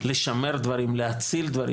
לשמר דברים, להציל דברים.